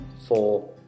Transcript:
four